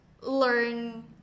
learn